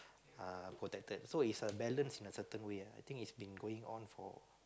uh protected so it's a balance in a certain way I think it's been going on for